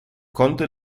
konnte